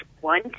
one